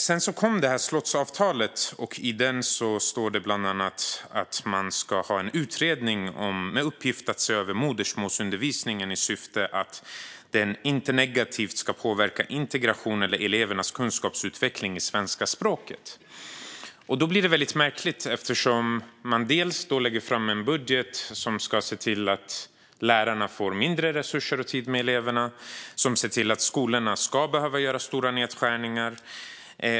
Sedan kom slottsavtalet, och i det står bland annat att man ska tillsätta en utredning med uppgift att se över modersmålsundervisningen i syfte att den inte negativt ska påverka integrationen eller elevernas kunskapsutveckling i svenska språket. Då blir det väldigt märkligt när man lägger fram en budget som ser till att lärarna får mindre resurser och tid med eleverna och att skolorna behöver göra stora nedskärningar.